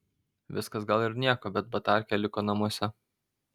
viskas gal ir nieko bet batarkė liko namuose